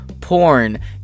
porn